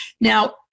Now